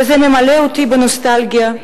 וזה ממלא אותי בנוסטלגיה,